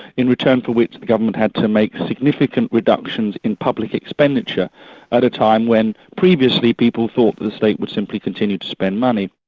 in return for which the government had to make significant reductions in public expenditure at a time when previously people thought that the state would simply continue to spend money.